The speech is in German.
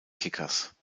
kickers